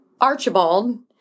Archibald